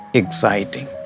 exciting